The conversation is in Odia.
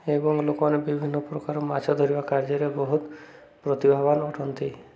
ଏବଂ ଲୋକମାନେ ବିଭିନ୍ନ ପ୍ରକାର ମାଛ ଧରିବା କାର୍ଯ୍ୟରେ ବହୁତ ପ୍ରତିଭାବାନ୍ ଅଟନ୍ତି